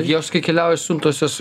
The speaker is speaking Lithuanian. jos kai keliauja siuntos jos